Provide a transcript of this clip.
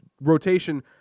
rotation